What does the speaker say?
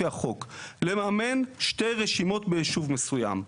לפי החוק לממן שתי רשימות ביישוב מסוים.